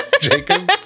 Jacob